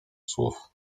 słów